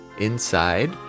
Inside